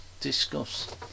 discuss